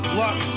luck